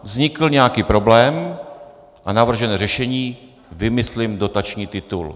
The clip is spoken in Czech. Vznikl nějaký problém a navržené řešení vymyslím dotační titul.